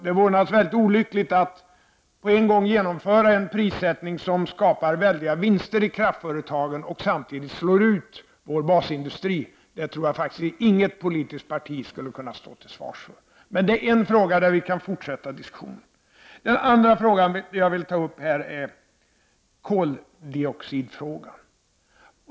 Det vore naturligtvis mycket olyckligt att på en gång genomföra en prissättning som skapar väldiga vinster i kraftföretagen och samtidigt slår ut vår basindustri. Jag tror faktiskt att inget politiskt parti skulle kunna stå till svars för det. Men detta är en fråga där vi kan fortsätta diskussionen. Den andra frågan som jag vill ta upp här gäller koldioxiden.